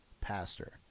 pastor